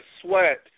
sweat